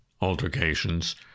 altercations